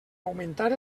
augmentar